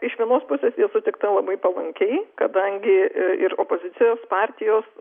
iš vienos pusės ji sutikta labai palankiai kadangi ir opozicijos partijos